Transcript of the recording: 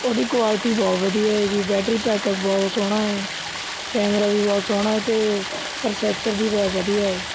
ਉਹਦੀ ਕੋਆਲਟੀ ਬਹੁਤ ਵਧੀਆ ਹੈ ਜੀ ਬੈਟਰੀ ਪੈਕਅੱਪ ਬਹੁਤ ਸੋਹਣਾ ਹੈ ਕੈਮਰਾ ਵੀ ਬਹੁਤ ਸੋਹਣਾ ਹੈ ਅਤੇ ਪ੍ਰੋਸੈਸਰ ਵੀ ਬਹੁਤ ਵਧੀਆ ਹੈ